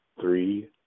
three